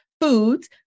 foods